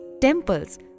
temples